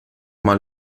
mal